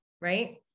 right